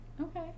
Okay